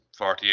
48